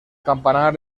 campanar